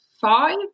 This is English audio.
five